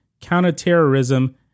counterterrorism